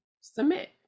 submit